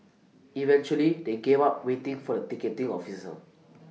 eventually they gave up waiting for the ticketing officer